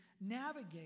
navigate